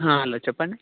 hello చెప్పండి